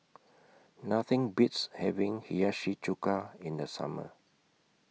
Nothing Beats having Hiyashi Chuka in The Summer